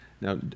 Now